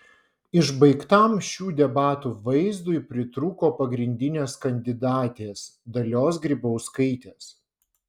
išbaigtam šių debatų vaizdui pritrūko pagrindinės kandidatės dalios grybauskaitės